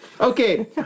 Okay